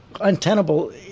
Untenable